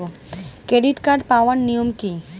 Credit card পাওয়ার নিয়ম কী?